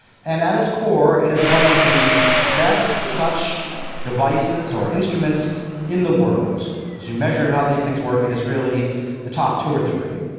and at its core it is one of the best such devices or instruments in the world. as you measure how these things work, it is really the top two or three.